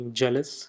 jealous